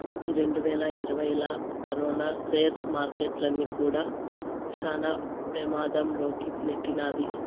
ఈ రెండువేల ఇరవైలా కరోనా సేర్ మార్కెట్టుల్ని కూడా శాన పెమాధం లోకి నెట్టినాది